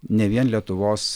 ne vien lietuvos